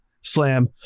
slam